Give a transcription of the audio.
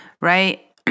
right